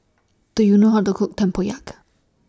Do YOU know How to Cook Tempoyak